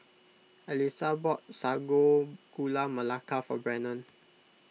Alysa bought Sago Gula Melaka for Brennon